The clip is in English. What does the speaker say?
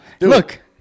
Look